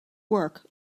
work